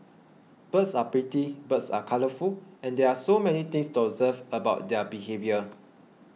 birds are pretty birds are colourful and there are so many things to observe about their behaviour